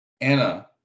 Anna